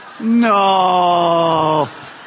No